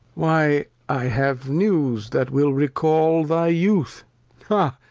why i have news that will recal thy youth ha!